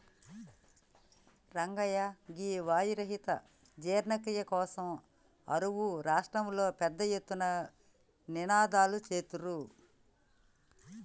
రంగయ్య గీ వాయు రహిత జీర్ణ క్రియ కోసం అరువు రాష్ట్రంలో పెద్ద ఎత్తున నినాదలు సేత్తుర్రు